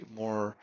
more